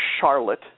Charlotte